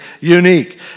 unique